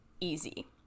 easy